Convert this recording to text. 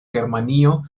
germanio